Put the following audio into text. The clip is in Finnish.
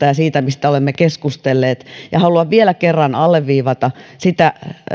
ja tulonjakovaikutuksista joista olemme keskustelleet haluan vielä kerran alleviivata sitä